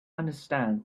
understand